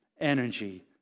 energy